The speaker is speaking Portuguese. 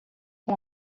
com